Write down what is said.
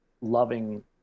loving